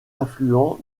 affluent